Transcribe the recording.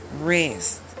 Rest